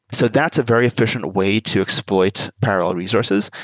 so that's a very efficient way to exploit parallel resources,